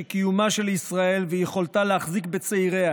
שקיומה של ישראל ויכולתה להחזיק בצעיריה